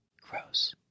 Gross